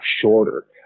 shorter